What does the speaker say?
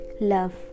Love